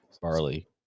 barley